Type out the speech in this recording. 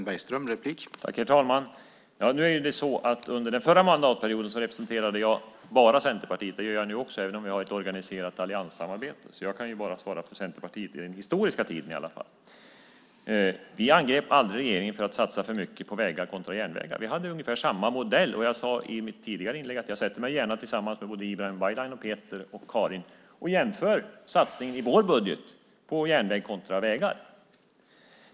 Herr talman! Nu är det så att under den förra mandatperioden representerade jag bara Centerpartiet. Det gör jag nu också, även om vi har ett organiserat allianssamarbete. Jag kan alltså bara svara för Centerpartiet, i alla fall i den historiska tiden. Vi angrep aldrig den förra regeringen för att satsa för mycket på järnvägar kontra vägar. Vi hade ungefär samma modell, och jag sade i mitt tidigare inlägg att jag gärna sätter mig tillsammans med både Ibrahim Baylan, Peter och Karin och jämför satsningen i vår budget på järnvägar kontra vägar.